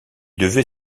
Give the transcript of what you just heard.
devait